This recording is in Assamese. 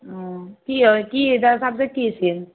অঁ কি হয় কি তাৰ ছাবজেক্ট কি আছিল